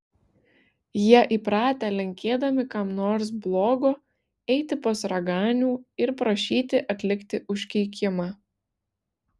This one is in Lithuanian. jie įpratę linkėdami kam nors blogo eiti pas raganių ir prašyti atlikti užkeikimą